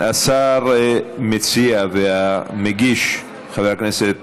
השר מציע, והמגיש, חבר הכנסת